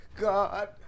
God